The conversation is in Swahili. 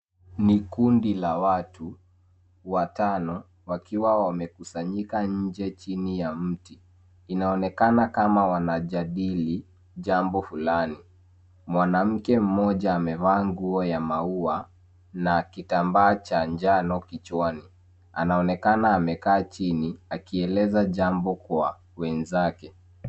Ni kundi la watu watano, wakiwa wamekusanyika nje chini ya mti. Inaonekana kama wana jadili jambo fulani. Mwanamke mmoja amevaa nguo ya maua na kitambaa cha njano kichwani. Anaonekana amekaa chini, akieleza jambo kwa wenzake.